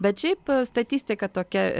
bet šiaip statistika tokia